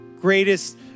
greatest